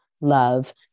love